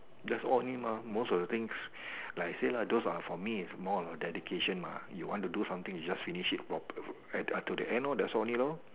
that's all only mah most of the things like I said lah those are for me it's more of dedication mah you want to do something you just finish it prop at till the end lor that's all only lor